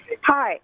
Hi